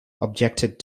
objected